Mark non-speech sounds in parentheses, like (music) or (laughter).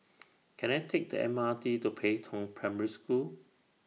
(noise) Can I Take The M R T to Pei Tong Primary School